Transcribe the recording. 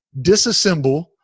disassemble